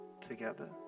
together